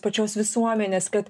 pačios visuomenės kad